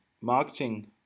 marketing